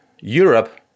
Europe